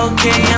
Okay